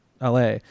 la